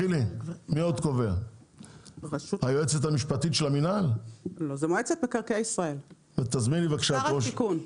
זה מועצת מקרקעי ישראל, שר השיכון.